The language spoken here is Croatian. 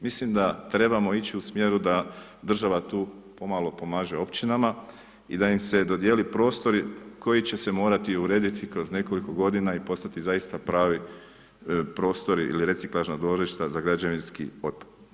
Mislim da trebamo ići u smjeru da država tu pomalo pomaže općinama i da im se dodijele prostori koji će se moći urediti kroz nekoliko godina i postati zaista pravi prostori ili reciklažna dvorišta za građevinski otpad.